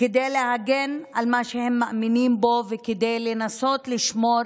כדי להגן על מה שהם מאמינים בו וכדי לנסות לשמור